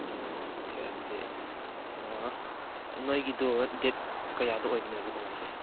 ꯑꯥ ꯑꯣꯀꯣ ꯑꯗꯨꯗꯤ ꯅꯣꯏꯒꯤꯗꯨ ꯗꯦꯠ ꯀꯌꯥꯗ ꯑꯣꯏꯕꯅꯣ ꯂꯨꯍꯣꯡꯕꯁꯦ